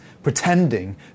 Pretending